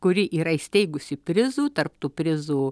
kuri yra įsteigusi prizų tarp tų prizų